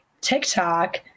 TikTok